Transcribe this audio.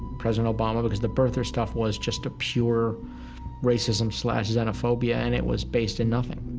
president obama because the birther stuff was just a pure racism-slash-xenophobia, and it was based in nothing.